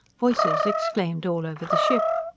voices exclaimed all over the ship.